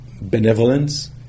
Benevolence